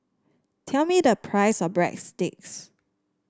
tell me the price of Breadsticks